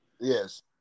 Yes